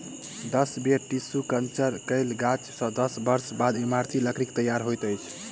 दस बेर tissue culture कयल गाछ सॅ दस वर्ष बाद इमारती लकड़ीक तैयार होइत अछि